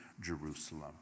Jerusalem